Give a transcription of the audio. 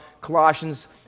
Colossians